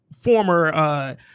former –